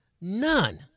none